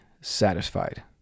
satisfied